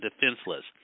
defenseless